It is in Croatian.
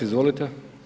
Izvolite.